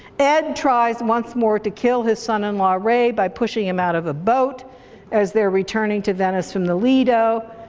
ed tries once more to kill his son in law ray by pushing him out of a boat as they're returning to venice from the lido,